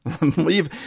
leave